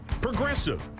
Progressive